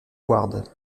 ward